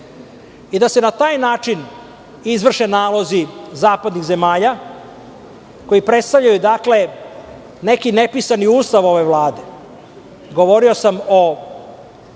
i da se na taj način izvrše nalozi zapadnih zemalja koji predstavljaju neki nepisani Ustav ove Vlade.